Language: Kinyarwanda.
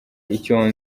icyo